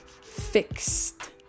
fixed